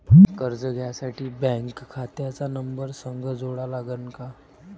कर्ज घ्यासाठी बँक खात्याचा नंबर संग जोडा लागन का?